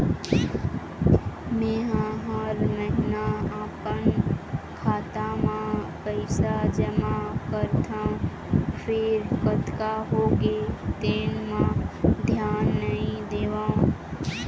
मेंहा हर महिना अपन खाता म पइसा जमा करथँव फेर कतका होगे तेन म धियान नइ देवँव